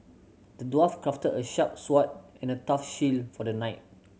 the dwarf crafted a sharp sword and a tough shield for the knight